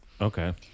Okay